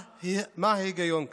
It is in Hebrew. מה ההיגיון כאן?